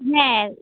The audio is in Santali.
ᱦᱮᱸ